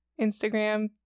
Instagram